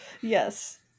Yes